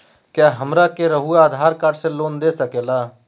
क्या हमरा के रहुआ आधार कार्ड से लोन दे सकेला?